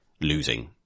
losing